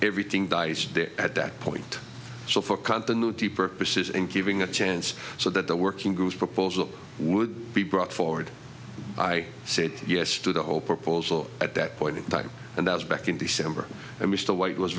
everything dies there at that point so for continuity purposes and giving a chance so that the working group proposal would be brought forward i said yes to the whole proposal at that point in time and as back in december i missed the white was